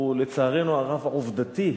הוא, לצערנו הרב, עובדתי,